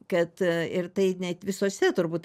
kad ir tai net visuose turbūt